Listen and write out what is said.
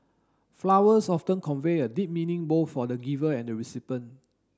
flowers often convey a deep meaning both for the giver and the recipient